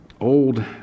old